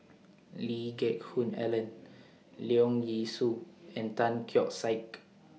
Lee Geck Hoon Ellen Leong Yee Soo and Tan Keong Saik